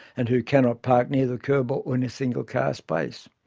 and who cannot park near the kerb or in a single car space.